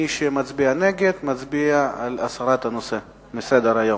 מי שמצביע נגד, מצביע על הסרת הנושא מסדר-היום.